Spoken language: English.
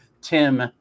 Tim